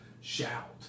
shout